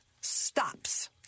stops